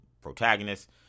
protagonist